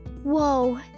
Whoa